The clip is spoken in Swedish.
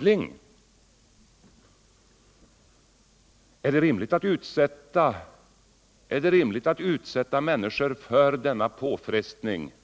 Men är det rimligt att tillgripa en extraordinär handling och under en tid utsätta människor för påfrestningar